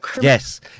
Yes